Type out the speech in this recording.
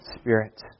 spirit